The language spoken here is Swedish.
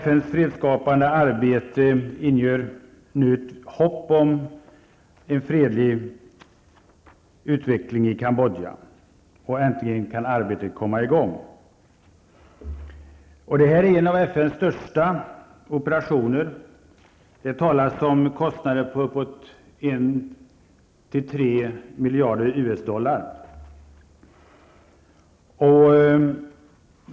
FNs fredsskapande arbete ingjöt nytt hopp om en fredlig utveckling i Kambodja. Äntligen kan arbetet komma i gång. Detta är en av FNs största operationer. Det talas om kostnader på 1--3 miljarder US dollar.